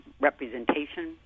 representation